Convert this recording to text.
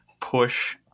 push